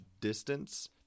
distance